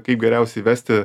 kaip geriausiai vesti